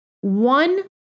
One